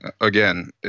again